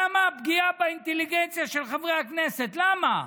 למה הפגיעה באינטליגנציה של חברי הכנסת, למה?